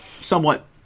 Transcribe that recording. somewhat